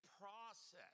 process